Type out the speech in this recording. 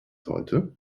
heute